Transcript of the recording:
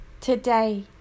today